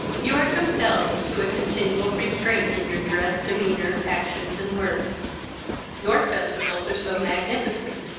you are compelled to a continual restraint in your dress, demeanour, actions, and words your festivals are so magnificent,